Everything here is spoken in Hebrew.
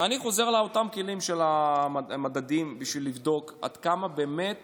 אני חוזר לאותם כלים של המדדים בשביל לבדוק עד כמה באמת